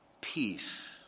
peace